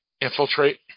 infiltrate